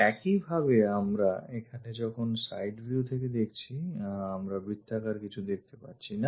একইভাবে আমরা এখানে যখন side view থেকে দেখছি আমরা বৃত্তাকার কিছু দেখতে পাচ্ছি না